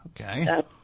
Okay